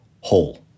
whole